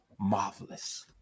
marvelous